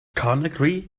conakry